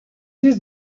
this